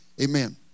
Amen